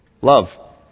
love